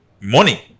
money